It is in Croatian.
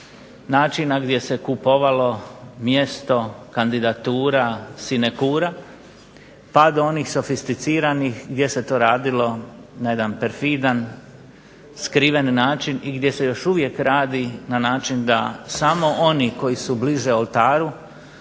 načina gdje se kupovalo mjesto kandidatura, sinekura, pa do onih sofisticiranih gdje se to radilo na jedan perfidan, skriven način, i gdje se još uvijek radi na način da samo oni koji su bliže oltaru,